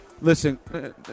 listen